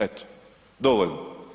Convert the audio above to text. Eto, dovoljno.